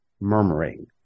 murmuring